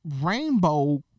rainbow